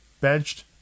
benched